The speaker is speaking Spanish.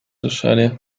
usuarios